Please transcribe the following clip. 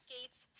Gates